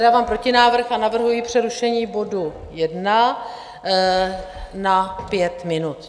Dávám protinávrh a navrhuji přerušení bodu 1 na pět minut.